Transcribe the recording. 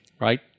Right